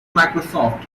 microsoft